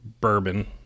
bourbon